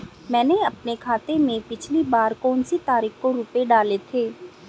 मैंने अपने खाते में पिछली बार कौनसी तारीख को रुपये डाले थे?